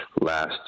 last